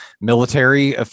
military